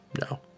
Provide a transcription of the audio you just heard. no